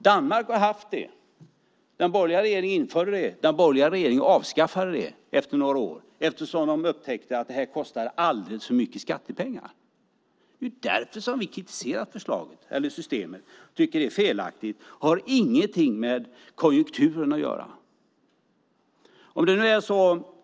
Danmark har haft det. Den borgerliga regeringen där införde det. Den borgerliga regeringen avskaffade det efter några år, eftersom de upptäckte att det kostade alldeles för mycket i skattepengar. Det är därför som vi kritiserar systemet och tycker att det är felaktigt, och det har ingenting med konjunkturen att göra.